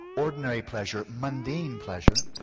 ordinary pleasure, mundane pleasure.